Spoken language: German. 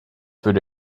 würde